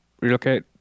relocate